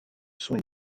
sont